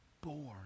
born